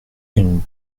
une